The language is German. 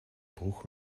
bruch